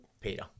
Peter